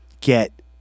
get